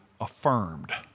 affirmed